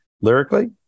lyrically